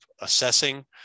assessing